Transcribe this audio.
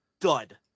dud